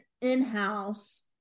in-house